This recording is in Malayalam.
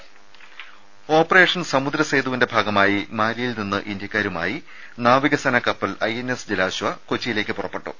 രദര ഓപ്പറേഷൻ സമുദ്രസേതുവിന്റെ ഭാഗമായി മാലിയിൽ നിന്ന് ഇന്ത്യാക്കാരുമായി നാവികസേനാ കപ്പൽ ഐഎൻഎസ് ജലാശ്വ കൊച്ചിയിലേക്ക് പുറപ്പെട്ടു